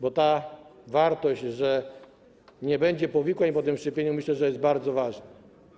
Bo ta wartość, że nie będzie powikłań po tym szczepieniu, myślę, że jest bardzo ważna.